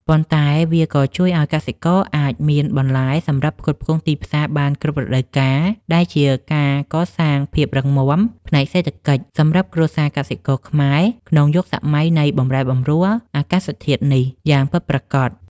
ប៉ុន្តែវាក៏ជួយឱ្យកសិករអាចមានបន្លែសម្រាប់ផ្គត់ផ្គង់ទីផ្សារបានគ្រប់រដូវកាល ដែលជាការកសាងភាពរឹងមាំផ្នែកសេដ្ឋកិច្ចសម្រាប់គ្រួសារកសិករខ្មែរក្នុងយុគសម័យនៃបម្រែបម្រួលអាកាសធាតុនេះយ៉ាងពិតប្រាកដ។